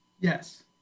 Yes